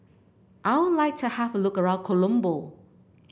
I would like to have look around Colombo